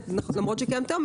למרות שהיא קיימת היום,